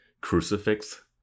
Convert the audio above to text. crucifix